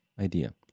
Idea